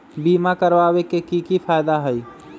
बीमा करबाबे के कि कि फायदा हई?